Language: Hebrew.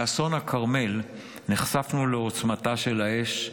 באסון הכרמל נחשפנו לעוצמתה של האש,